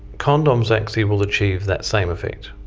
condoms actually will achieve that same effect.